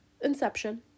Inception